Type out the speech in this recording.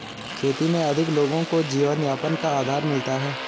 खेती में अधिक लोगों को जीवनयापन का आधार मिलता है